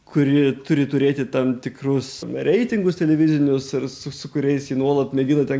kuri turi turėti tam tikrus reitingus televizinius ir su su kuriais ji nuolat mėgina ten